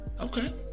Okay